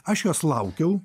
aš jos laukiau